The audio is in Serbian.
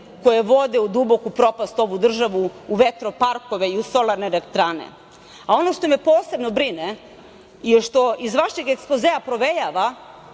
koje vode u duboku propast ovu državu, u vetroparkove i u solarne elektrane. A ono što me posebno brine je što iz vašeg ekspozea provejava